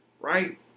right